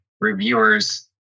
reviewer's